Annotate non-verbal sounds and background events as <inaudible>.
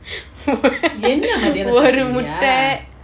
<laughs> ஒரு முட்ட:oru mutta